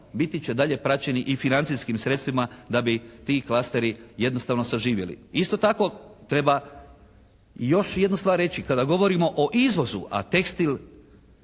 biti će dalje praćeni i financijskim sredstvima da bi ti klasteri jednostavno saživjeli. Isto tako treba još jednu stvar reći. Kada govorimo o izvozu a tekstil,